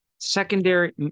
Secondary